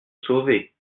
sauver